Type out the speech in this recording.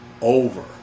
over